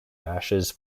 ashes